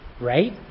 right